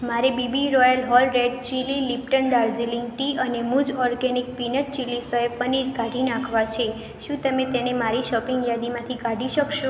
મારે BB royal whole red chilli Lipton Darjeeling tea અને મૂઝ organic peanut chilli soy paneer કાઢી નાંખવા છે શું તમે તેને મારી શોપિંગ યાદીમાંથી કાઢી શકશો